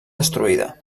destruïda